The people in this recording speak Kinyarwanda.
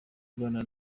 aganira